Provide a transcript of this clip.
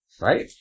Right